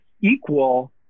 equal